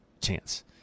chance